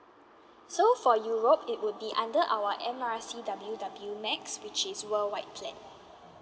so for europe it will be under our M R C W_W max which is worldwide plan